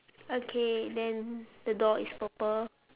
okay then the door is purple